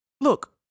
look